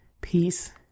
peace